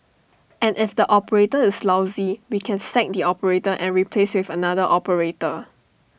and if the operator is lousy we can sack the operator and replace with another operator